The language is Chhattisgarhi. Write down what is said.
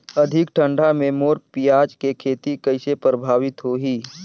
अधिक ठंडा मे मोर पियाज के खेती कइसे प्रभावित होही?